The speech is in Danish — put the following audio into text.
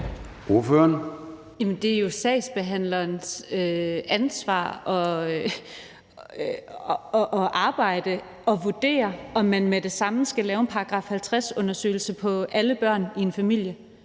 det er jo sagsbehandlerens ansvar og arbejde at vurdere, om man med det samme skal lave en § 50-undersøgelse på alle børn i en familie.